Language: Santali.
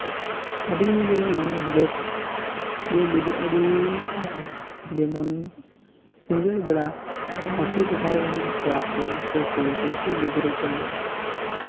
ᱟᱹᱰᱤᱜᱮ ᱢᱚᱱᱮ ᱢᱚᱱᱮ ᱦᱩᱞᱟᱹᱥ ᱜᱮ ᱵᱩᱡᱷᱟᱹᱜᱼᱟ ᱟᱹᱰᱤ ᱡᱮᱢᱚᱱ ᱥᱤᱸᱜᱟᱹᱲ ᱵᱮᱲᱟ ᱟᱹᱛᱩ ᱴᱚᱴᱷᱟ ᱨᱮᱱ ᱠᱚᱲᱟᱠᱚ ᱥᱮ ᱠᱩᱲᱤᱠᱚ ᱥᱮ ᱜᱤᱫᱽᱨᱟᱹ ᱠᱚ